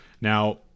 Now